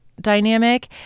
dynamic